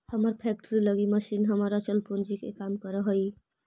हमर फैक्ट्री लगी मशीन हमर अचल पूंजी के काम करऽ हइ